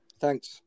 Thanks